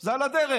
זה על הדרך.